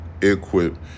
equip